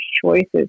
choices